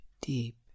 deep